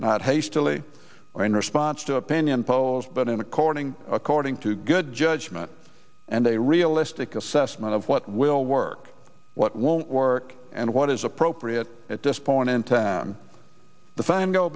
not hastily or in response to opinion polls but in according according to good judgment and a realistic assessment of what will work what won't work and what is appropriate at this point in time the